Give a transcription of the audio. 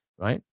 Right